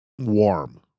warm